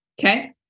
Okay